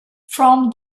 from